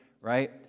right